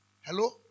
Hello